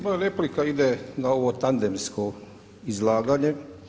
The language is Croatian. Moja replika ide na ovo tandemsko izlaganje.